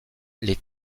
les